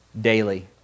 Daily